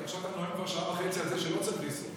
כי עכשיו אתה נואם כבר שעה וחצי על זה שלא צריך ריסון.